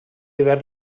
hivern